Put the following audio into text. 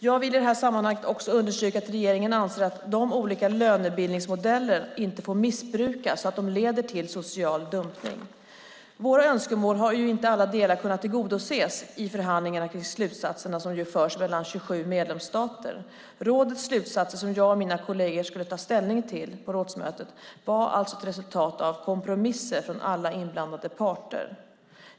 Jag vill i det här sammanhanget också understryka att regeringen anser att de olika lönebildningsmodellerna inte får missbrukas så att de leder till social dumpning. Våra önskemål har inte i alla delar kunnat tillgodoses i förhandlingarna om slutsatserna som förs mellan 27 medlemsstater. Rådets slutsatser, som jag och mina kolleger skulle ta ställning till på rådsmötet, var alltså ett resultat av kompromisser från alla inblandade parter.